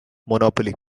monopoly